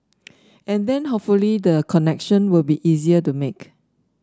and then hopefully the connection will be easier to make